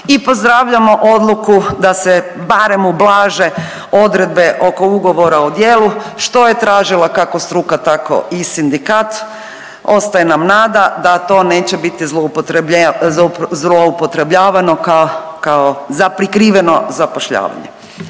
i pozdravljamo odluku da se barem ublaže odredbe oko ugovora o djelu, što je tražila, kako struka, tako i sindikat, ostaje nam nada da to neće biti zloupotrebljavano kao za prikriveno zapošljavanje.